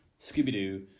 Scooby-Doo